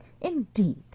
Indeed